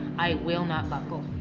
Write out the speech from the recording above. i will not buckle.